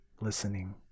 listening